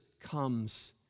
comes